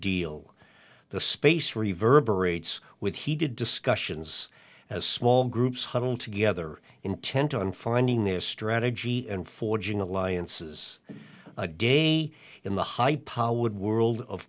deal the space reverberates with heated discussions as small groups huddled together intent on finding their strategy and forging alliances a day in the high powered world of